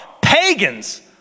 pagans